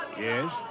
Yes